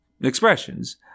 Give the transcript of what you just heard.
expressions